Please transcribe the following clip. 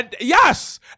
yes